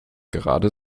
gerade